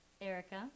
Erica